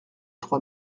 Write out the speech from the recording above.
trois